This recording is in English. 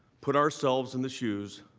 put ourselves in the shoes